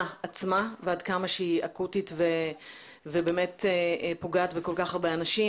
עצמה ועד כמה שהיא אקוטית ובאמת פוגעת בכל כך הרבה אנשים.